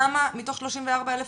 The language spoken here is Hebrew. כמה מתוך 34,000